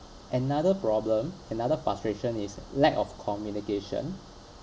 another problem another frustration is lack of communication